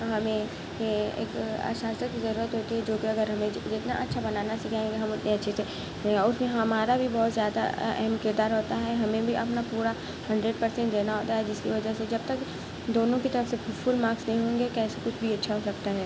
ہمیں ایک اساتذہ کی ضرورت ہوتی ہے جوکہ اگر ہمیں جتنا اچھا بنانا سکھائیں گے ہم اتنے اچھے اچھے اور اس میں ہمارا بھی بہت زیادہ اہم کردار ہوتا ہے ہمیں بھی اپنا پورا ہنڈریڈ پرسینٹ دینا ہوتا ہے جس کی وجہ سے جب تک دونوں کی طرف سے فل مارکس نہیں ہوں گے کیسے کچھ بھی اچھا ہو سکتا ہے